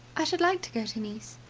i should like to go to nice,